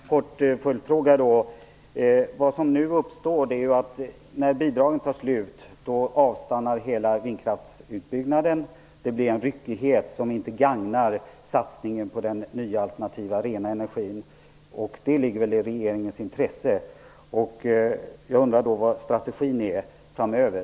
Fru talman! Jag kan ställa en kort följdfråga. Vad som nu uppstår är att när bidragen tar slut, avstannar hela vindkraftsutbyggnaden. Det blir en ryckighet som inte gagnar satsningen på den nya, alternativa, rena energin. Detta ligger väl i regeringens intresse, och jag undrar vilken strategin är framöver.